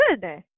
good